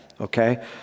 okay